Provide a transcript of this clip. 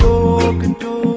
to do